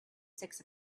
six